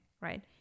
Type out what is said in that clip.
right